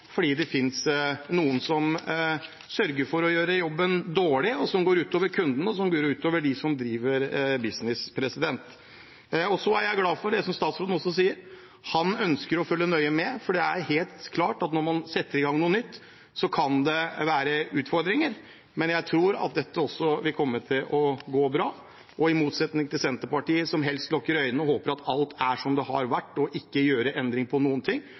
fordi det finnes noen som sørger for å gjøre jobben dårlig. Det går ut over kundene, og det går ut over dem som driver business. Jeg er glad for det statsråden sier om at han ønsker å følge nøye med. Det er helt klart at når man setter i gang noe nytt, kan det være utfordringer, men jeg tror at dette vil komme til å gå bra. I motsetning til Senterpartiet, som helst lukker øynene, håper at alt blir som det har vært, og ikke vil gjøre endringer på noen ting,